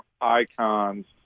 icons